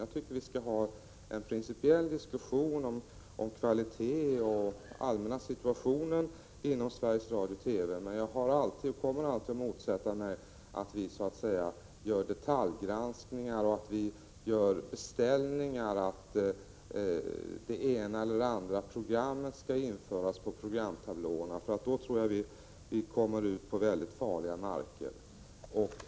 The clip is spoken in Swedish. Jag tycker vi skall ha en principiell diskussion om kvalitet och om den allmänna situationen inom Sveriges Radio/TV, men jag har alltid motsatt mig och kommer alltid att motsätta mig att vi gör detaljgranskningar och beställningar, att det ena eller andra programmet skall införas på programtablåerna. I så fall tror jag vi kommer ut på farlig mark.